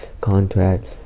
contracts